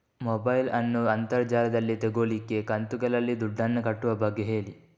mobile ನ್ನು ಅಂತರ್ ಜಾಲದಲ್ಲಿ ತೆಗೋಲಿಕ್ಕೆ ಕಂತುಗಳಲ್ಲಿ ದುಡ್ಡನ್ನು ಕಟ್ಟುವ ಬಗ್ಗೆ ಹೇಳಿ